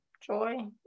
joy